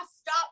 Stop